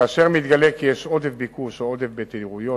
כאשר מתגלה כי יש עודף ביקוש או עודף תדירות,